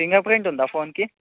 fingerprint ఉందా ఫోన్కి